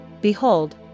Behold